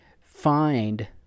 find